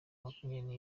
makumyabiri